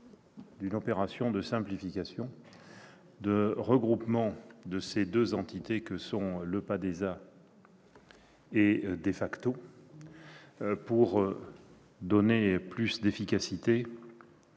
d'une opération de simplification et de regroupement de deux entités, l'EPADESA et DEFACTO, pour donner plus d'efficacité